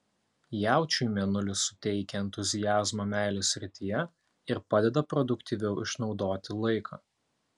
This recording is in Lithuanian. jaučiui mėnulis suteikia entuziazmo meilės srityje ir padeda produktyviau išnaudoti laiką